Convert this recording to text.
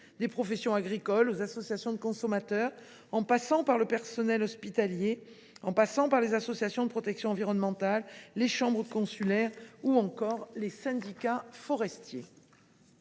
des professions agricoles aux associations de consommateurs, en passant par le personnel hospitalier, les associations de protection environnementale, les chambres consulaires ou encore les syndicats forestiers.